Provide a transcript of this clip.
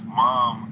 mom